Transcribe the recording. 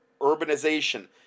urbanization